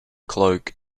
cloak